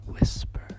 whisper